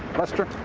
lester?